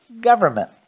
government